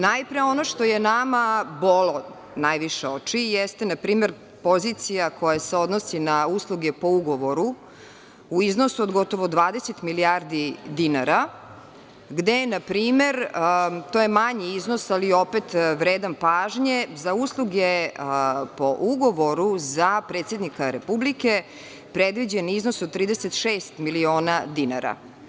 Najpre, ono što je nama bolo oči jeste pozicija koja se odnosi na usluge po ugovoru u iznosu od gotovo 20 milijardi dinara, gde npr. to je manji iznos, ali opet vredan pažnje, za usluge po ugovoru za predsednika Republike predviđen iznos od 36 miliona dinara.